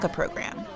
program